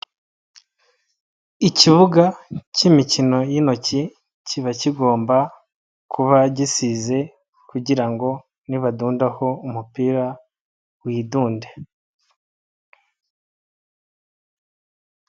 Ikibuga cy'imikino y'intoki kiba kigomba kuba gisize kugira ngo nibadundaho umupira widunde.